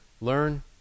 learn